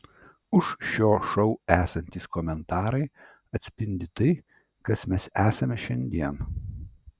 už šio šou esantys komentarai atspindi tai kas mes esame šiandien